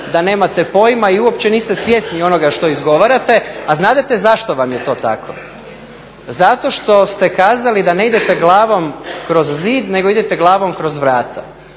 da nemate pojma i uopće niste svjesni onoga što izgovarate. A znadete zašto vam je to tako? Zato što ste kazali da ne idete glavom kroz zid nego idete glavom kroz vrata.